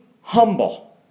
humble